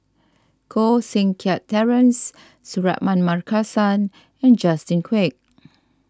Koh Seng Kiat Terence Suratman Markasan and Justin Quek